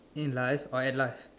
in life or at life